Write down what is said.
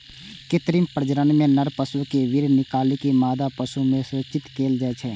कृत्रिम प्रजनन मे नर पशु केर वीर्य निकालि मादा पशु मे सेचित कैल जाइ छै